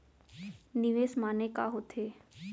निवेश माने का होथे?